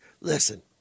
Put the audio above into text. listen